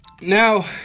Now